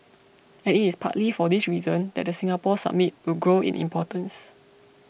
and it is partly for this reason that the Singapore Summit will grow in importance